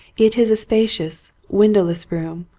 it is a spacious, windowless room,